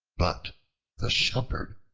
but the shepherd,